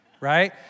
Right